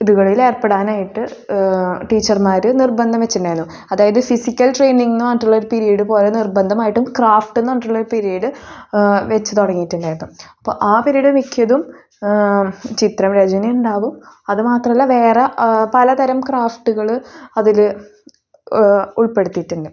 ഇതുകളിൽ ഏർപ്പെടുത്താനായിട്ട് ടീച്ചർമാർ നിർബന്ധം വെച്ചിട്ടുണ്ടായിരുന്നു അതായത് ഫിസിക്കൽ ട്രെയിനിങ്ങെന്ന് പറഞ്ഞിട്ടുള്ള ഒരു പിരീഡ് പോലെ നിർബന്ധമായിട്ടും ക്രാഫ്റ്റെന്ന് പറഞ്ഞിട്ടുള്ള ഒരു പിരീഡ് വെച്ചു തുടങ്ങീട്ടുണ്ടായപ്പം അപ്പോൾ ആ പിരീഡ് മിക്കതും ചിത്രം രചനയും ഉണ്ടാവും അത് മാത്രമല്ല വേറെ പല തരം ക്രാഫ്റ്റുകളും അതിൽ ഉൾപ്പെടുത്തിയിട്ടുണ്ട്